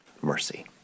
mercy